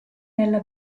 nella